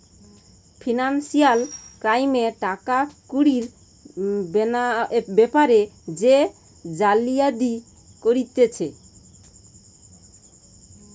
financial ক্রাইমে টাকা কুড়ির বেপারে যে জালিয়াতি করতিছে